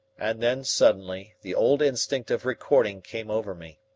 and then, suddenly, the old instinct of recording came over me.